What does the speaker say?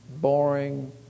Boring